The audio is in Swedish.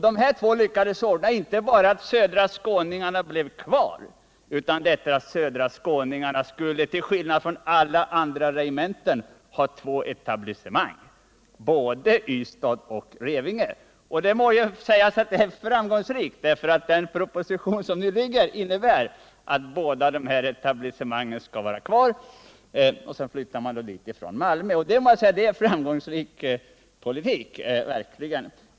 De här två lyckades ordna inte bara att Södra skåningarna blev kvar, utan även att Södra skåningarna skulle, till skillnad från alla andra regementen, ha två etablissemang: både Ystad och Revinge. Det må ju sägas att det var framgångsrikt, och den proposition som nu ligger innebär att båda dessa etablissemang skall vara kvar, och sedan flyttar man dit från Malmö. Det må jag säga är verkligen framgångsrik politik.